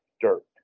dirt